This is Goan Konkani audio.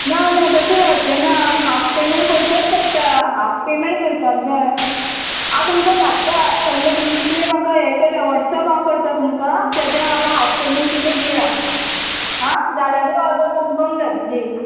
ना ना तशें जावचें ना हाफ पेमेंट करचोच पडटा हाफ पेमेंट करपाक जाय हांव तुमकां धाडटा सगलें तुम तुमी म्हाका हें करा वॉट्सॅप हांव करता तुमकां तेज्या म्हाका हाफ पेमेंट तुमी दिया आं जाल्यार ऑर्डर कन्फर्म जातली